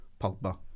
Pogba